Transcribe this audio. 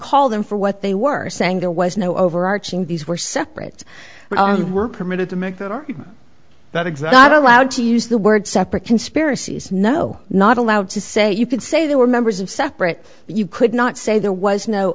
call them for what they were saying there was no overarching these were separate who were permitted to make that are not exotic allowed to use the word separate conspiracies no not allowed to say you can say they were members of separate you could not say there was no